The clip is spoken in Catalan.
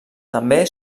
també